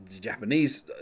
Japanese